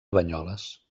banyoles